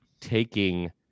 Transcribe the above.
taking